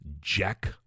Jack